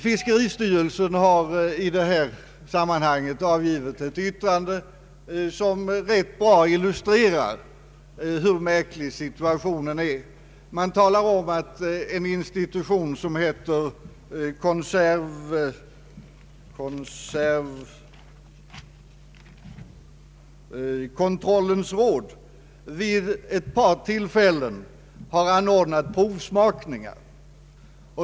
Fiskeristyrelsen har i detta sammanhang avgivit ett yttrande, som ganska bra illustrerar hur märklig situationen är. Styrelsen anför att en institution som heter Konservkontrollens råd vid ett par tillfällen har anordnat provsmakningar.